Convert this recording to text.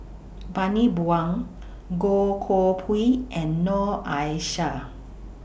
Bani Buang Goh Koh Pui and Noor Aishah